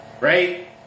right